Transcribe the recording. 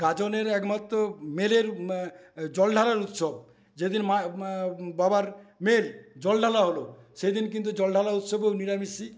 গাজনের একমাত্র মেলের জল ঢালার উৎসব যেদিন মা বাবার মেয়ে জল ঢালা হলো সেদিন কিন্তু জল ঢালা উৎসবেও নিরামিষী